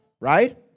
Right